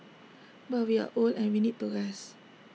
but we are old and we need to rest